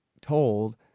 told